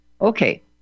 Okay